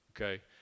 Okay